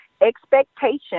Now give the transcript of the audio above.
expectation